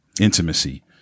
intimacy